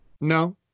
No